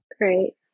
Great